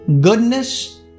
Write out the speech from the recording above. goodness